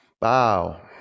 bow